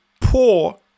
poor